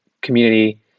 community